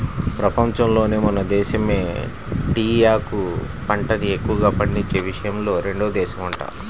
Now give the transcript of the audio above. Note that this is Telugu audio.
పెపంచంలోనే మన దేశమే టీయాకు పంటని ఎక్కువగా పండించే విషయంలో రెండో దేశమంట